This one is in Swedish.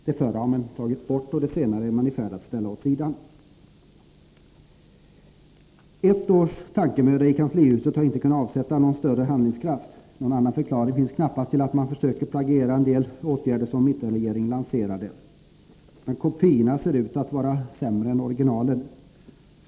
De förra har man tagit bort, och de senare är man i färd med att ställa åt sidan. Ett års tankemöda i kanslihuset har inte kunnat avsätta någon större handlingskraft. Någon annan förklaring finns knappast till att man försöker plagiera en del åtgärder som mittenregeringen lanserade. Men kopiorna ser ut att vara sämre än originalen.